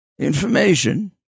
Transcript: information